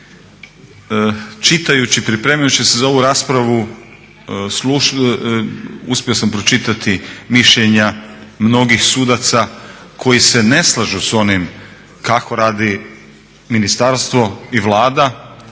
čitajući, pripremajući se za ovu raspravu uspio sam pročitati mišljenja mnogih sudaca koji se ne slažu s onim kako radi ministarstvo i Vlada,